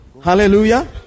Hallelujah